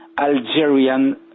Algerian